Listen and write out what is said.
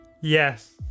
Yes